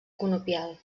conopial